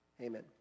Amen